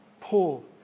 Paul